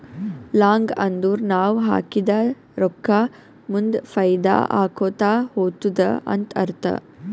long ಅಂದುರ್ ನಾವ್ ಹಾಕಿದ ರೊಕ್ಕಾ ಮುಂದ್ ಫೈದಾ ಆಕೋತಾ ಹೊತ್ತುದ ಅಂತ್ ಅರ್ಥ